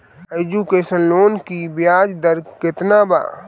Education loan की ब्याज दर केतना बा?